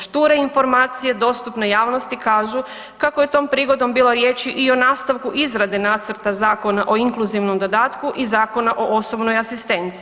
Šture informacije dostupne javnosti kažu kako je tom prigodom bilo riječi i o nastavku izrade nacrta Zakona o inkluzivnom dodatku i Zakona o osobnoj asistenciji.